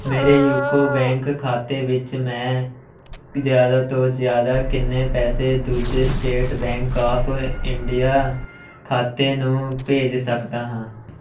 ਮੇਰੇ UCO bank ਖਾਤੇ ਵਿੱਚ ਮੈਂ ਜ਼ਿਆਦਾ ਤੋਂ ਜ਼ਿਆਦਾ ਕਿੰਨੇ ਪੈਸੇ ਦੂਜੇ ਸਟੇਟ ਬੈਂਕ ਆਫ ਇੰਡੀਆ ਖਾਤੇ ਨੂੰ ਭੇਜ ਸਕਦਾ ਹਾਂ